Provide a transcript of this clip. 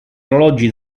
orologi